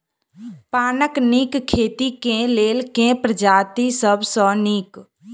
पानक नीक खेती केँ लेल केँ प्रजाति सब सऽ नीक?